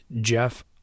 Jeff